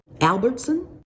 Albertson